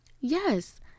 yes